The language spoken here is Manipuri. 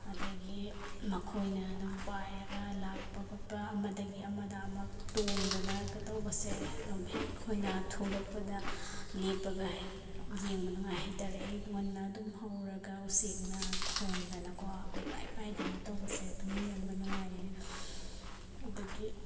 ꯑꯗꯒꯤ ꯃꯈꯣꯏꯅ ꯑꯗꯨꯝ ꯄꯥꯏꯔꯒ ꯂꯥꯛꯄ ꯈꯣꯠꯄ ꯑꯃꯗꯒꯤ ꯑꯃꯗ ꯇꯣꯡꯗꯅ ꯀꯩꯗꯧꯕꯁꯦ ꯑꯗꯨꯝ ꯍꯦꯛ ꯑꯩꯈꯣꯏꯅ ꯊꯣꯛꯂꯛꯄꯗ ꯂꯦꯞꯄꯒ ꯍꯦꯛ ꯌꯦꯡꯕ ꯅꯨꯡꯉꯥꯏ ꯍꯥꯏꯇꯔꯦ ꯑꯌꯨꯛ ꯉꯟꯅ ꯑꯗꯨꯝ ꯍꯧꯔꯒ ꯎꯆꯦꯛꯅ ꯈꯣꯡꯗꯅꯀꯣ ꯀꯣꯏꯄꯥꯏ ꯄꯥꯏꯗꯅ ꯇꯧꯕꯁꯦ ꯑꯗꯨꯝ ꯌꯦꯡꯕ ꯅꯨꯡꯉꯥꯏꯌꯦ ꯑꯗꯒꯤ